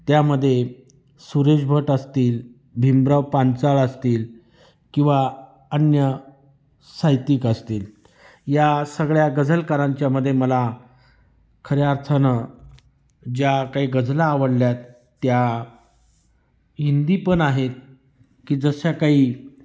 त्यामध्ये सुरेश भट असतील भीमराव पाांचाळ असतील किंवा अन्य साहित्यिक असतील या सगळ्या गजलकारांच्यामध्ये मला खऱ्या अर्थानं ज्या काही गजला आवडल्या आहेत त्या हिंदी पण आहेत की जशा काही